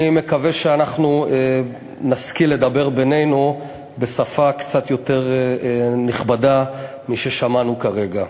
אני מקווה שאנחנו נשכיל לדבר בינינו בשפה קצת יותר נכבדה מששמענו כרגע.